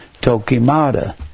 Tokimata